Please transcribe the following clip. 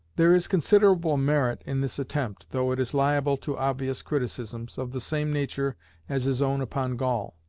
there is considerable merit in this attempt, though it is liable to obvious criticisms, of the same nature as his own upon gall.